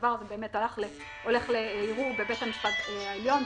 הדבר הזה הולך לערעור בבית המשפט העליון,